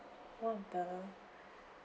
one of the